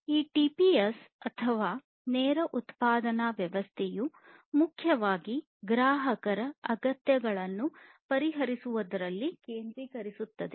ಈ ಟಿಪಿಎಸ್ ಅಥವಾ ನೇರ ಉತ್ಪಾದನಾ ವ್ಯವಸ್ಥೆಯು ಮುಖ್ಯವಾಗಿ ಗ್ರಾಹಕರ ಅಗತ್ಯತೆಗಳನ್ನು ಪರಿಹರಿಸುವಲ್ಲಿ ಕೇಂದ್ರೀಕರಿಸುತ್ತದೆ